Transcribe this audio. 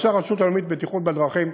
אנשי הרשות הלאומית לבטיחות בדרכים